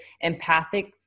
empathic